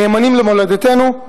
נאמנים למולדתנו,